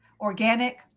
Organic